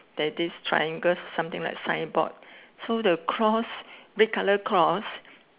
there this triangle something like signboard so the cloth red colour cloth